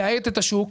לייעל את השוק,